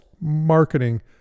marketing